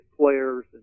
players